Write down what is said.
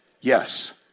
Yes